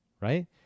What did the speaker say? Right